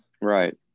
Right